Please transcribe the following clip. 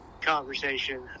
conversation